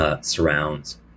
surrounds